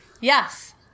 yes